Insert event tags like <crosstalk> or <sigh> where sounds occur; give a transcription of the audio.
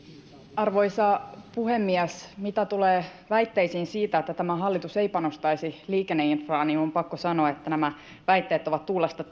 arvoisa puhemies mitä tulee väitteisiin siitä että tämä hallitus ei panostaisi liikenneinfraan niin on pakko sanoa että nämä väitteet ovat tuulesta <unintelligible>